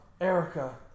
Erica